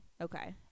okay